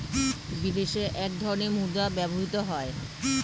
বিদেশে এক ধরনের মুদ্রা ব্যবহৃত হয়